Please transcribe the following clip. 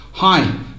Hi